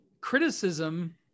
criticism